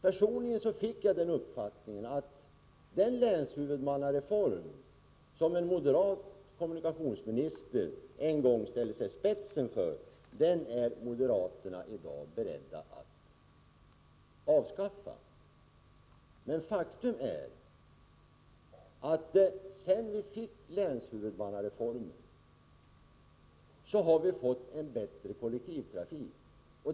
Personligen fick jag den uppfattningen att den länshuvudmannareform som en moderat kommunikationsminister en gång ställde sig i spetsen för är moderaterna i dag beredda att avskaffa. Faktum är att vi sedan vi fick länshuvudmannareformen fått en bättre kollektivtrafik.